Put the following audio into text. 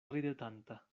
ridetanta